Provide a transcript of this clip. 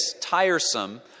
tiresome